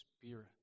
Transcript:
Spirit